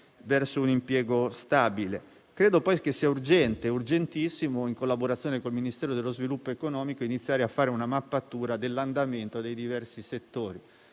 verso un impiego stabile. Credo poi che sia urgente, urgentissimo, in collaborazione con il Ministero dello sviluppo economico, iniziare a fare una mappatura dell'andamento dei diversi settori,